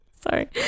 Sorry